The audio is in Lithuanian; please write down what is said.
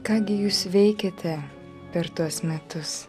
ką gi jūs veikėte per tuos metus